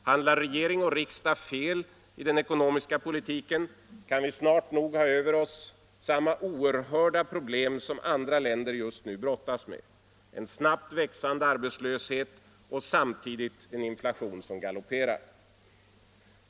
Handlar regering och riksdag fel i den ekonomiska politiken kan vi snart nog ha över oss samma oerhörda problem som andra länder just nu brottas med: en snabbt växande arbetslöshet och samtidigt en inflation som galopperar.